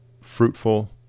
fruitful